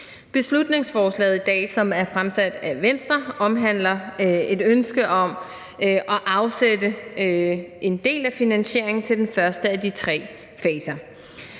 Beslutningsforslaget i dag, som er fremsat af Venstre, omhandler et ønske om at afsætte en del af finansieringen til den første af de 3 faser.